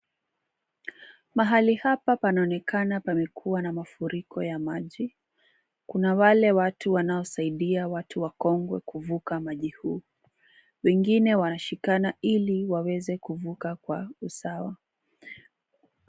Mahali hapa panaonekana pamekuwa na mafuriko ya maji. Kuna wale watu wanaosaidia watu wakongwe kuvuka maji huu. Wengine wanashikana ili waweze kuvuka kwa usawa.